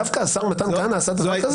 דווקא השר מתן כהנא עשה דבר כזה?